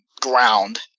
ground